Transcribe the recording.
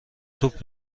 توپ